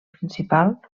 principal